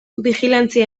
bijilantzia